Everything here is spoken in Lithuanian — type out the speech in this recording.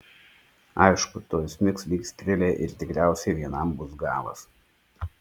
aišku tuoj smigs lyg strėlė ir tikriausiai vienam bus galas